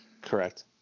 Correct